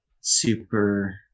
Super